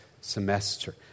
semester